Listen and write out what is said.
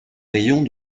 rayons